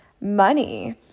money